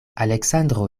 aleksandro